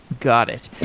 got it.